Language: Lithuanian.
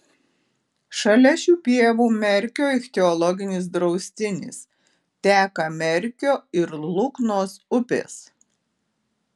šalia šių pievų merkio ichtiologinis draustinis teka merkio ir luknos upės